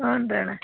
ಹ್ಞೂನಣ್ಣ